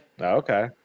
okay